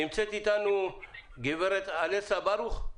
נמצאת איתנו הגב' אלסה ברוך?